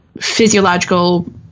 physiological